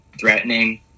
threatening